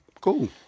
Cool